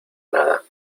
nada